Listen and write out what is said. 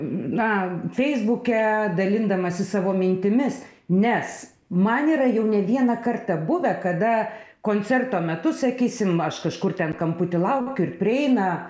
na feisbuke dalindamasi savo mintimis nes man yra jau ne vieną kartą buvę kada koncerto metu sakysim aš kažkur ten kamputy laukiu ir prieina